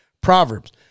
Proverbs